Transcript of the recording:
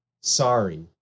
sorry